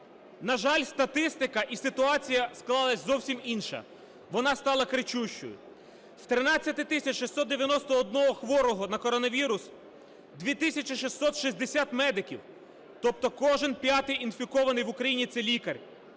На жаль, статистика і ситуація склалась зовсім інша. Вона стала кричущою. З 13 тисяч 691 хворого на коронавірус – 2 тисячі 660 медиків. Тобто кожен п'ятий інфікований в Україні це лікар,